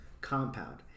compound